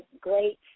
great